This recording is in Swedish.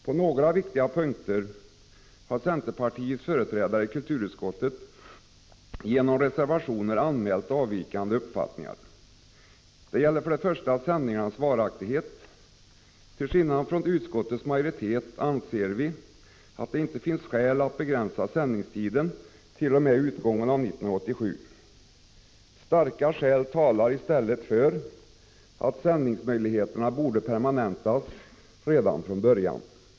På några viktiga punkter har centerpartiets företrädare i kulturutskottet genom reservationer anmält avvikande uppfattningar. Det gäller först och främst sändningarnas varaktighet. Till skillnad från utskottets majoritet anser vi att det inte finns skäl att begränsa sändningstident.o.m. utgången av 1987. Starka skäl talar i stället för att sändningsmöjligheterna borde permanentas redan från början.